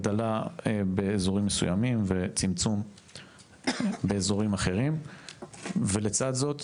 הגדלה באזורים מסוימים וצמצום באזורים אחרים ולצד זאת,